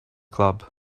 club